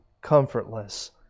comfortless